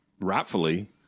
rightfully